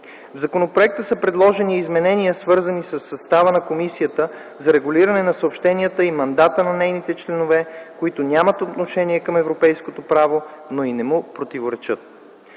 В законопроекта са предложени и изменения, свързани със състава на Комисията за регулиране на съобщенията и мандата на нейните членове, които нямат отношение към европейското право, но и не му противоречат.